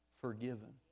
forgiven